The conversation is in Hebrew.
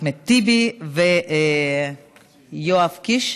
אחמד טיבי ויואב קיש,